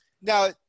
Now